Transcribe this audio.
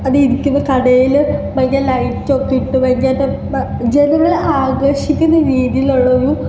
അത് ഇരിക്കുന്ന കടയിൽ ഭയങ്കര ലൈറ്റൊക്കെ ഇട്ട് ഭയങ്കരമായിട്ട് ജനങ്ങൾ ആഘോഷിക്കുന്ന രീതിയിലുള്ള ഒരു